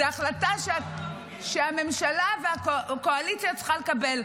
זו החלטה שהממשלה והקואליציה צריכות לקבל.